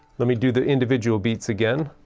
let me do the individual beats again